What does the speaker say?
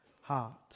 heart